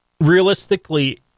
realistically